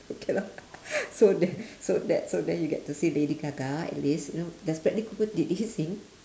okay lah so then so that so then you get to see lady gaga at least you know does bradley cooper did he sing